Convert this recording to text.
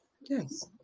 yes